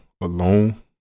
alone